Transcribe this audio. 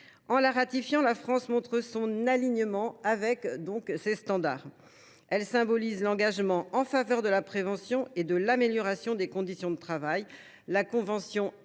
En la ratifiant, la France montre son alignement avec ces standards. Elle symbolise ensuite un engagement en faveur de la prévention et de l’amélioration des conditions de travail. La convention